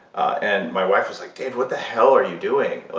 and my wife was like, dave, what the hell are you doing?